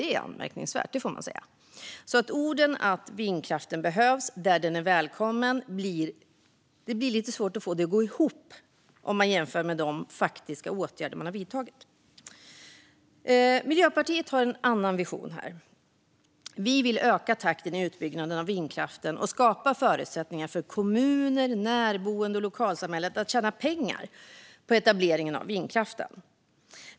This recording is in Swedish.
Det är anmärkningsvärt. Det blir alltså lite svårt att få orden om att vindkraften behövs där den är välkommen att gå ihop med de faktiska åtgärder som har vidtagits. Miljöpartiet har en annan vision. Vi vill öka takten i utbyggnaden av vindkraften och skapa förutsättningar för kommun, närboende och lokalsamhälle att tjäna pengar på etableringen av vindkraften.